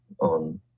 on